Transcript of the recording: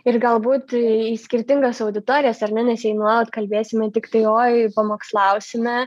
ir galbūt į skirtingas auditorijas ar ne nes jei nuolat kalbėsime tiktai oi pamokslausime